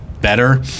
better